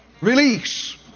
release